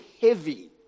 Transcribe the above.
heavy